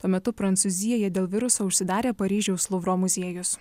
tuo metu prancūzijoje dėl viruso užsidarė paryžiaus luvro muziejus